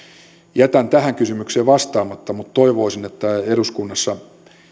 jätän tähän kysymykseen vastaamatta mutta toivoisin että eduskunnassa